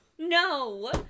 no